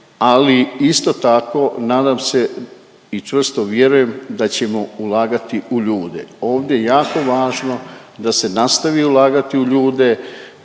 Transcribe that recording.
ali isto tako nadam se i čvrsto vjerujem da ćemo ulagati u ljude. Ovdje je jako važno da se nastavi ulagati u ljude